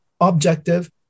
objective